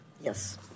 Yes